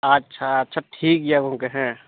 ᱟᱪᱪᱷᱟ ᱟᱪᱪᱷᱟ ᱴᱷᱤᱠᱜᱮᱭᱟ ᱜᱚᱢᱠᱮ ᱦᱮᱸ